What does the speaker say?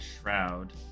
shroud